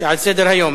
שעל סדר-היום,